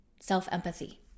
self-empathy